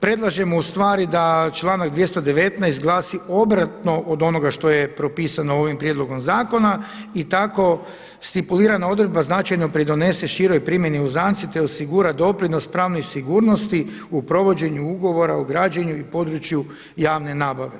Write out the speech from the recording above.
predlažemo ustvari da članak 219. glasi obrtno od onoga što je propisano ovim prijedlogom zakona i tako stipulirana odredba značajno pridonese široj primjeni … te osigura doprinos pravnoj sigurnosti u provođenju ugovora o građenju u području javne nabave.